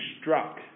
struck